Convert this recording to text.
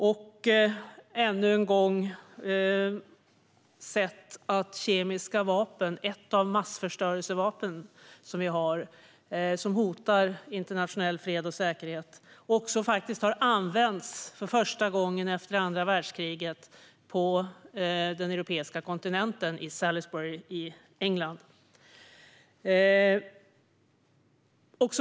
Man har också sett att kemiska vapen, ett av de massförstörelsevapen som vi har och som hotar internationell fred och säkerhet, faktiskt har använts för första gången efter andra världskriget på den europeiska kontinenten, i Salisbury i England.